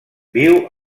viu